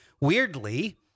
weirdly